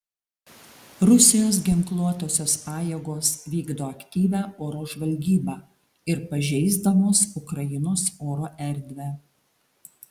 rusijos ginkluotosios pajėgos vykdo aktyvią oro žvalgybą ir pažeisdamos ukrainos oro erdvę